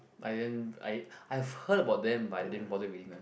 I didn't I I've heard about them but I didn't bother reading lah